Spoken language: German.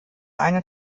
eine